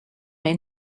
may